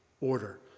order